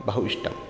बहु इष्टम्